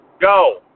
go